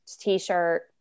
t-shirt